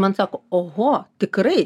man sako oho tikrai